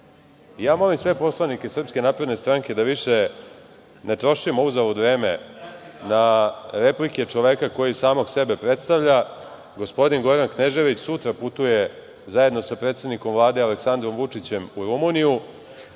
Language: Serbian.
ja molim sve poslanik SNS da više ne trošimo uzalud vreme na replike čoveka koji samog sebe predstavlja. Gospodin Goran Knežević sutra putuje zajedno sa predsednikom Vlade, Aleksandrom Vučićem u Rumuniju.